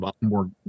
more